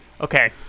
okay